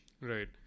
Right